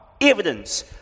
Evidence